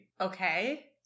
Okay